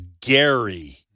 Gary